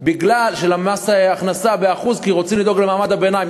של מס ההכנסה כי רוצים לדאוג למעמד הביניים.